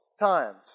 times